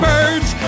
Birds